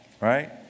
right